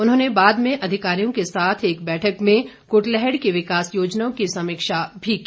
उन्होंने बाद में अधिकारियों के साथ एक बैठक में कुटलैहड़ की विकास योजनाओं की समीक्षा भी की